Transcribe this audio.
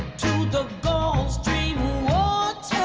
to the gulf stream waters